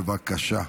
בבקשה.